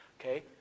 Okay